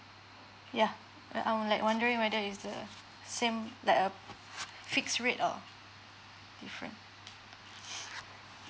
yeah uh I'm like wondering whether is the same like uh fix rate or different